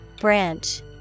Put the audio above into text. Branch